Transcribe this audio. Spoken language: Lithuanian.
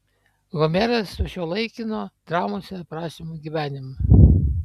homeras sušiuolaikino dramose aprašomą gyvenimą